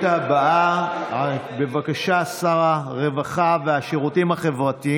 יעקב אשר (יהדות התורה): מה עם זכויות המיעוטים?